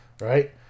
right